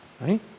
Right